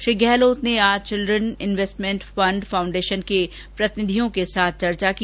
श्री गहलोत ने आज children investment fund foundation के प्रतिनिधियों के साथ चर्चा की